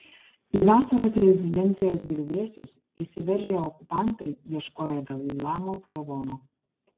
į vasaros rezidencijos griuvėsius įsiveržę okupantai ieškojo dalai lamos lavono